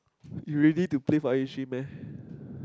you ready to play for I_A three meh